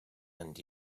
and